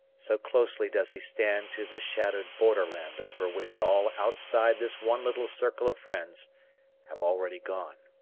so closely does he stand to the shadowed borderland over which all outside this one little circle of friends have already gone.